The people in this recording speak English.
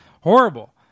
horrible